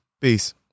peace